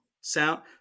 Sound